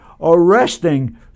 arresting